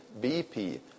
BP